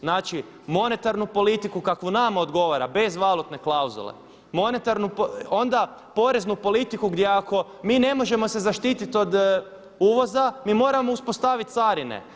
Znači, monetarnu politiku kakvu nama odgovara bez valutne klauzule, onda poreznu politiku gdje ako mi ne možemo se zaštititi od uvoza mi moramo uspostavit carine.